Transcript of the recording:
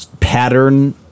pattern